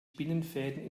spinnenfäden